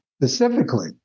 specifically